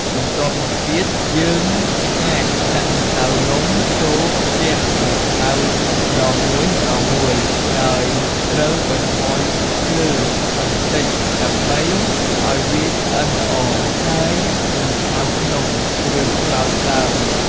បន្ទាប់មកទៀត យើងអាចដាក់ម្សៅនំចូលខ្ទះដែលក្តៅម្ដងមួយៗ ដោយត្រូវបន្ថយភ្លើងបន្តិច ដើម្បីឱ្យវាឆ្អិនល្អ ហើយមិនឆៅក្នុង ឬខ្លោចទ្បើយ។